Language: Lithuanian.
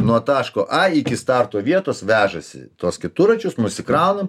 nuo taško a iki starto vietos vežasi tuos keturračius užsikraunam